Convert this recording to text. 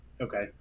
Okay